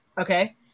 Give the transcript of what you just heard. Okay